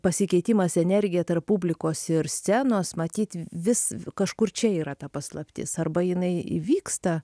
pasikeitimas energija tarp publikos ir scenos matyt vis kažkur čia yra ta paslaptis arba jinai įvyksta